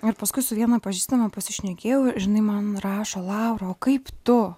ir paskui su viena pažįstama pasišnekėjau ir žinai man rašo laura o kaip tu